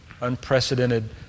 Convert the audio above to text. unprecedented